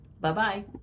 Bye-bye